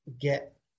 get